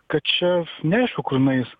kad čia neaišku kur nueis